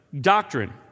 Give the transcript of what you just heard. doctrine